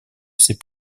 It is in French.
ses